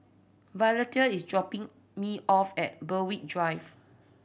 Violeta is dropping me off at Berwick Drive